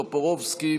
טופורובסקי,